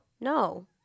No